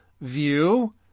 view